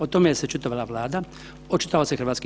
O tome se očitovala Vlada, očitovao se HS.